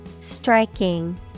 Striking